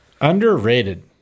Underrated